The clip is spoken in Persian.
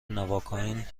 نواکائین